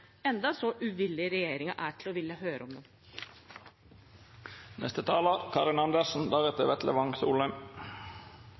enda så uvillig regjeringen er til å ville høre om